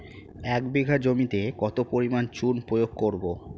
এক বিঘা জমিতে কত পরিমাণ চুন প্রয়োগ করব?